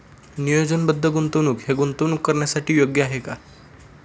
नियोजनबद्ध गुंतवणूक हे गुंतवणूक करण्यासाठी योग्य आहे का?